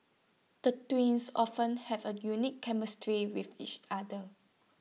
the twins often have A unique chemistry with each other